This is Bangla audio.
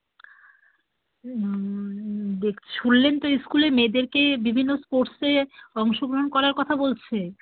শুনলেন তো স্কুলে মেয়েদেরকে বিভিন্ন স্পোর্টসে অংশগ্রহণ করার কথা বলছে